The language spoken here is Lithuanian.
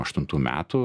aštuntų metų